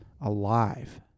alive